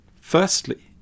Firstly